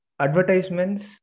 advertisements